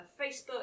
Facebook